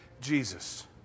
Jesus